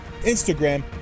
Instagram